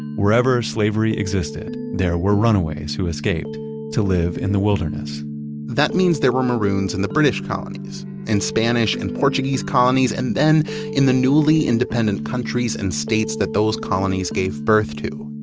wherever slavery existed, there were runaways who escaped to live in the wilderness that means there were maroons in the british colonies and spanish and portuguese colonies, and then in the newly independent countries and states that those colonies gave birth to.